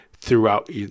throughout